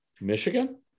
Michigan